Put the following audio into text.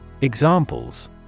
Examples